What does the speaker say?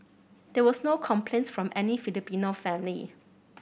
there was no complaint from any Filipino family